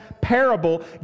parable